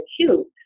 acute